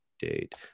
date